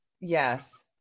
Yes